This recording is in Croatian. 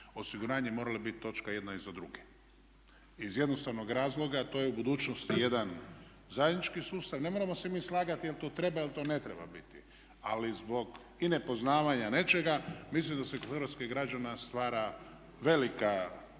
osiguranje morala biti točka jedna iza druge. Iz jednostavnog razloga a to je u budućnosti jedan zajednički sustav. Ne moramo se mi slagati je li to treba ili to ne treba biti ali zbog i nepoznavanja nečega mislim da se kod hrvatskih građana stvara velika